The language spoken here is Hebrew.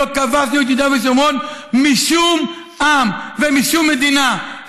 לא כבשנו את יהודה ושומרון משום עם ומשום מדינה,